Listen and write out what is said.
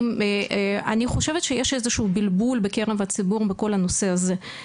אני חושב שיש איזשהו בלבול בקרב הציבור בכל הנושא הזה,